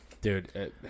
Dude